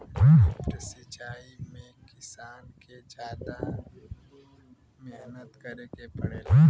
lift सिचाई में किसान के जादा मेहनत करे के पड़ेला